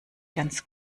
ganz